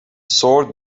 sword